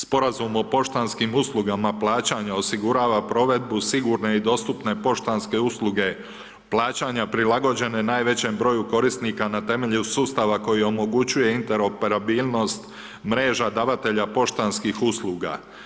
Sporazum o poštanskim uslugama plaćanja osigurava provedbu sigurne i dostupne poštanske usluge plaćanja prilagođene najvećem broju korisnika na temelju sustava koji omogućuje interoperabilnost mreža davatelja poštanskih usluga.